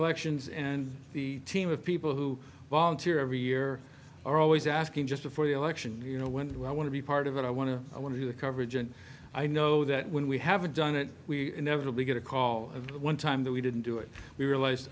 elections and the team of people who volunteer every year are always asking just before the election you know when do i want to be part of it i want to i want to do the coverage and i know that when we haven't done it we inevitably get a call one time that we didn't do it we realized